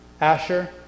Asher